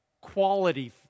quality